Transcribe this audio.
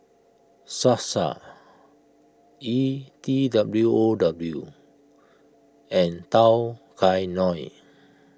Sasa E T W O W and Tao Kae Noi